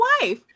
wife